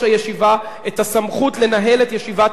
הישיבה את הסמכות לנהל את ישיבת המליאה,